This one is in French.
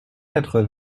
quatre